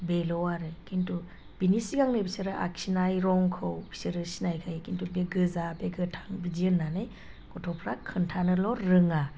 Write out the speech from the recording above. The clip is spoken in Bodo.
बेल' आरो खिन्थु बिनि सिगांनि बिसोरो आखिनाय रंखौ बिसोरो सिनायखायो खिन्थु बे गोजा बे गोथां बिदि होननानै गथ'फ्रा खोन्थानोल' रोङा